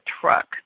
truck